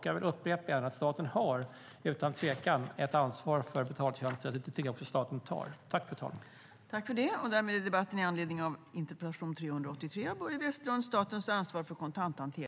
Jag vill upprepa att staten utan tvekan har ett ansvar för betaltjänster, och det tycker jag också att staten tar.